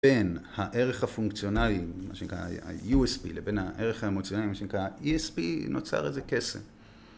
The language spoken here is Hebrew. ‫בין הערך הפונקציונלי, מה שנקרא ה-USP, ‫לבין הערך האמוציונלי, מה שנקרא ה-ESP, ‫נוצר איזה קסם.